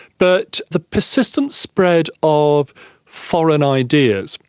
but the persistent spread of foreign ideas.